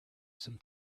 some